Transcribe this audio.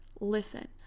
listen